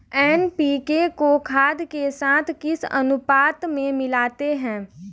NPK को खाद के साथ किस अनुपात में मिलाते हैं?